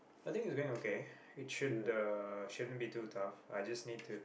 I think it's going okay it should uh shouldn't be too tough I just need to